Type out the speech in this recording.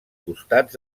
costats